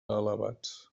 elevats